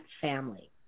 family